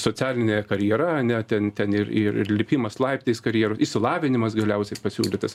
socialinė karjera ane ten ten ir ir lipimas laiptais karjero išsilavinimas galiausiai pasiūlytas